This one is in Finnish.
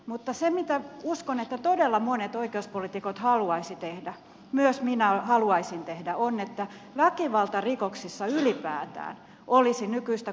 mutta se mitä uskon että todella monet oikeuspoliitikot haluaisivat tehdä myös minä on että väkivaltarikoksissa ylipäätään olisi nykyistä korkeammat rangaistukset